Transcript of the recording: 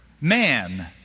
man